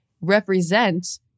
represent